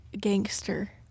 gangster